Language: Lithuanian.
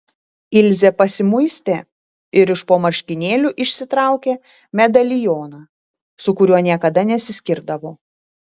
ilzė pasimuistė ir iš po marškinėlių išsitraukė medalioną su kuriuo niekada nesiskirdavo